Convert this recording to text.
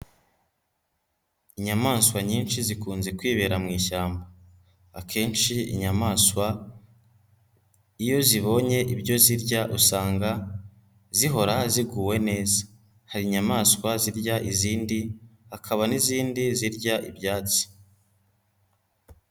Inyamaswa nyinshi zikunze kwibera mu ishyamba, akenshi inyamaswa iyo zibonye ibyo zirya usanga zihora ziguwe neza, hari inyamaswa zirya izindi, hakaba n'izindi zirya ibyatsi.